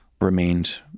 remained